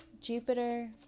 Jupiter